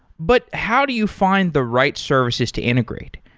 but how do you find the right services to integrate?